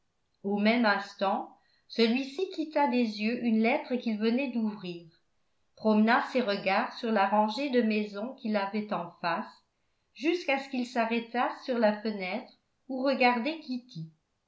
au même instant celui-ci quitta des yeux une lettre qu'il venait d'ouvrir promena ses regards sur la rangée de maisons qu'il avait en face jusqu'à ce qu'ils arrêtassent sur la fenêtre où regardait kitty